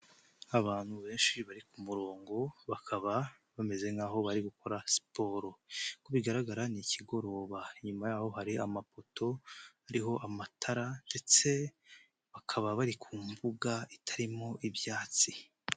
Abantu benshi bari ku murongo bakaba bameze nk'aho bari gukora siporo, uko bigaragara ni ikigoroba, inyuma yaho hari amapoto ariho amatara ndetse bakaba bari ku mbuga itarimo ibyatsi.